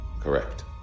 Correct